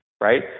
Right